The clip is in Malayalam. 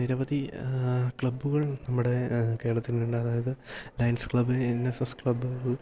നിരവധി ക്ലബ്ബുകൾ നമ്മുടെ കേരളത്തിലുണ്ട് അതായത് lions club N S S ക്ലബ്ബുകൾ